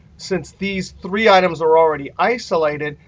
since these three items are already isolated,